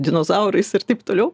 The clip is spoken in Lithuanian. dinozaurais ir taip toliau